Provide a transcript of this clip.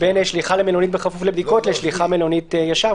בין שליחה למלונית בכפוף לבדיקות לשליחה למלונית ישר,